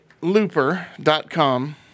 looper.com